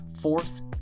Fourth